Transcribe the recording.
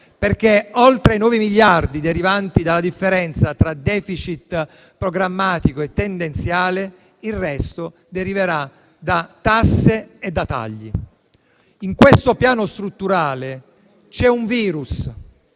perché, oltre ai 9 miliardi derivanti dalla differenza tra *deficit* programmatico e tendenziale, il resto deriverà da tasse e tagli. In questo piano strutturale c'è un virus,